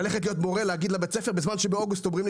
ללכת להיות מורה בזמן שבאוגוסט אומרים לי